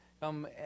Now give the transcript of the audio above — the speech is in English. come